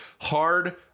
hard